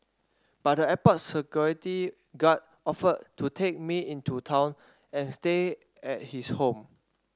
but the airport security guard offered to take me into town and stay at his home